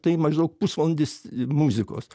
tai maždaug pusvalandis muzikos